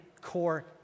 core